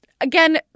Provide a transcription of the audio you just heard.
Again